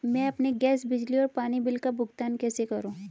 मैं अपने गैस, बिजली और पानी बिल का भुगतान कैसे करूँ?